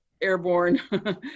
airborne